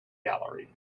gallery